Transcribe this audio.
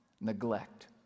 neglect